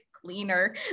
cleaner